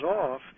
off